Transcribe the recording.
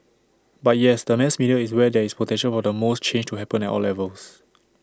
but yes the mass media is where there is potential for the most change to happen at all levels